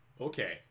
Okay